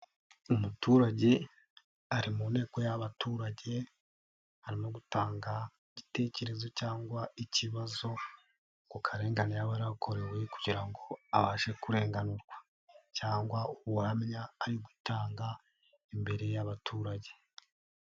Umuturage ari mu nteko y'abaturage, arimo gutanga igitekerezo cyangwa ikibazo, ku karengane yaba yarakorewe kugira ngo abashe kurenganurwa cyangwa ubuhamya ari gutanga imbere y'abaturage.